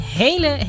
hele